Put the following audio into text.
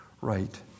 right